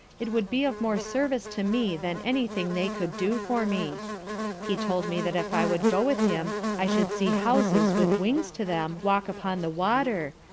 it would be of more service to me than any thing they could do for me he told me that if i would go with him i should see houses with wings to them walk upon the water,